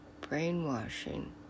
brainwashing